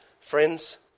Friends